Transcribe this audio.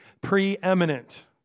preeminent